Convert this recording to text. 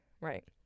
right